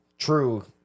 True